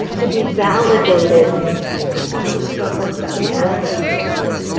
to be validated for some of the struggles that we have as parents.